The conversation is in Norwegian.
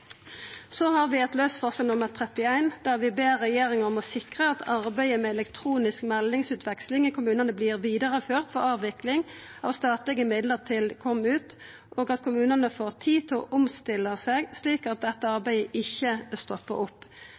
Så har vi eit anna laust forslag, nr. 31, der vi ber regjeringa om å sikra at arbeidet med elektronisk meldingsutveksling i kommunane vert vidareført ved avvikling av statlege midlar til KomUT, og at kommunane får tid til å omstilla seg, slik at dette arbeidet ikkje stoppar opp.